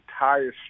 entire